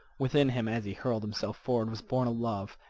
within him, as he hurled himself forward, was born a love,